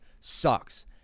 sucks